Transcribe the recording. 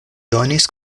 donis